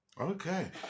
Okay